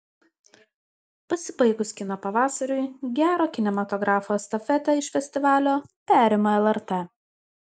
pasibaigus kino pavasariui gero kinematografo estafetę iš festivalio perima lrt